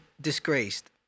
disgraced